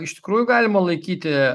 iš tikrųjų galima laikyti